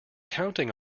counting